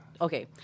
Okay